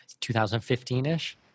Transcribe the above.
2015-ish